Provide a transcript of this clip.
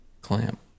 clamp